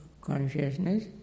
consciousness